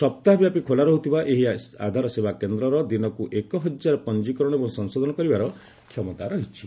ସପ୍ତାହବ୍ୟାପୀ ଖୋଲା ରହୁଥିବା ଏହି ଆଧାର ସେବା କେନ୍ଦର ଦିନକ୍ ଏକ ହଜାର ପଞ୍ଜୀକରଣ ଏବଂ ସଂଶୋଧନ କରିବାର କ୍ଷମତା ରହିଛି